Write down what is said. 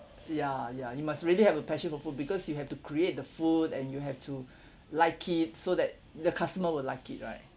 ya ya you must really have a passion for food because you have to create the food and you have to like it so that the customer will like it right